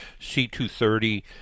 C230